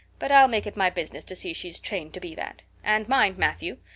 but i'll make it my business to see she's trained to be that. and mind, matthew,